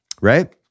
right